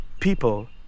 People